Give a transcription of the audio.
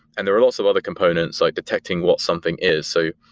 and there are lots of other components, like detecting what something is. so,